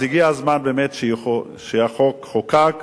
אז הגיע הזמן באמת שהחוק ייחקק